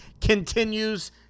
continues